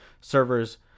servers